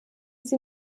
sie